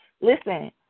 Listen